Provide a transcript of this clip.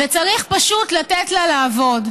וצריך פשוט לתת לה לעבוד.